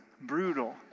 Brutal